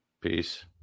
Peace